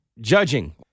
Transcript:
judging